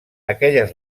aquelles